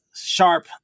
sharp